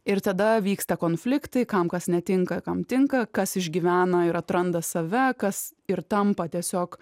ir tada vyksta konfliktai kam kas netinka kam tinka kas išgyvena ir atranda save kas ir tampa tiesiog